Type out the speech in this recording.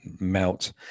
melt